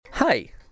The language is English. Hi